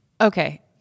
Okay